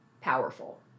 powerful